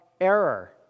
error